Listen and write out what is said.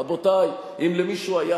אני לא דיברתי על זה, רבותי, אם למישהו היה ספק